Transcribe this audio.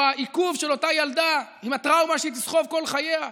העיכוב של אותה ילדה עם הטראומה שהיא תסחב כל חייה.